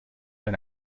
eine